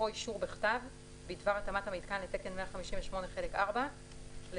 או אישור בכתב בדבר התאמת המיתקן לתקן 158 חלק 4 לצורך